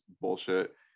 bullshit